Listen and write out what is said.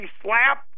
slap